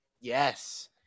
yes